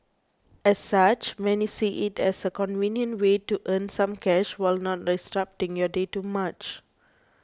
as such many see it as a convenient way to earn some cash while not disrupting your day too much